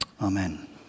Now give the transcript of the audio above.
Amen